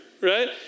right